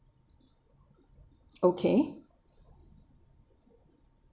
okay